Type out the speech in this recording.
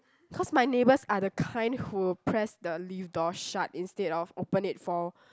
cause my neighbours are the kind who will press the lift door shut instead of open it for